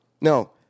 No